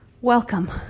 welcome